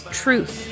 truth